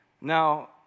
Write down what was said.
Now